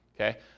Okay